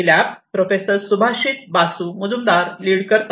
हि lab professor Subhashish Basu Mujumdar lead करतात